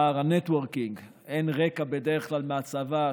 פער הנטוורקינג אין רקע בדרך כלל מהצבא,